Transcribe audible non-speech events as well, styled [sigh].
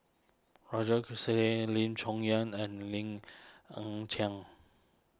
Roger [unintelligible] Lim Chong Yah and Lim Ng Chiang